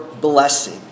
blessing